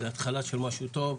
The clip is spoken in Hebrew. זה התחלה של משהו טוב.